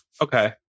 Okay